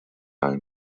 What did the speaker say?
own